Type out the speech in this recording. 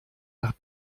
nach